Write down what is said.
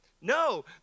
No